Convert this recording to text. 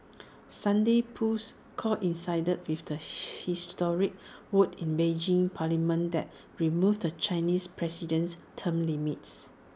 Sunday's polls coincided with the historic vote in Beijing's parliament that removed the Chinese president's term limits